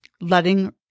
letting